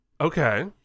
Okay